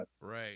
right